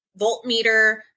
voltmeter